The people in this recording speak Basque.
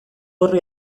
horri